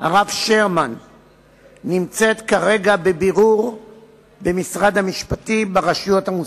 הרב שרמן נמצאת כרגע בבירור במשרד המשפטים ברשויות המוסמכות.